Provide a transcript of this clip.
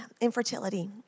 infertility